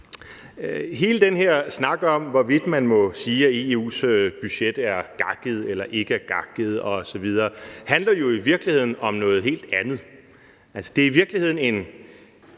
Hele den her snak om, hvorvidt man må sige, at EU's budget er gakket eller ikke gakket osv., handler jo i virkeligheden om noget helt andet.